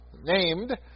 named